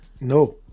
No